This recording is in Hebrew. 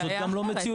זאת בעיה אחרת.